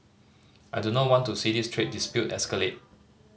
I do not want to see this trade dispute escalate